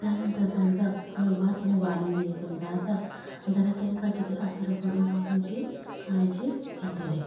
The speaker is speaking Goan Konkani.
त्या नंतर समजा हळूवारपणे वाली बीली समजा आसा जाल्यार तेंका कितें आसरो करून हांव तेंची काळजी घेतलें